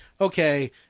okay